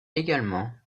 également